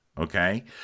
okay